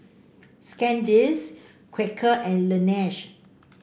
Sandisk Quaker and Laneige